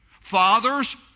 Fathers